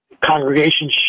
Congregation